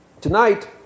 Tonight